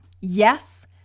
Yes